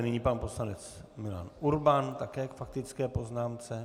Nyní pan poslanec Milan Urban také k faktické poznámce.